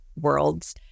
worlds